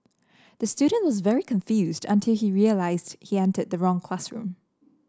the student was very confused until he realised he entered the wrong classroom